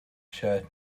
shirt